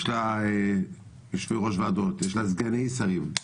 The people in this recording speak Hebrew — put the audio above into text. יש לה יושבי-ראש ועדות, יש לה סגני שרים.